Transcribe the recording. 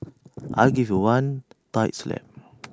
I'll give you one tight slap